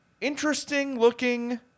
interesting-looking